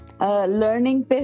learning